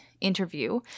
interview